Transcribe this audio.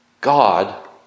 God